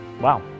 wow